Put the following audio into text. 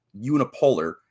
unipolar